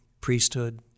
priesthood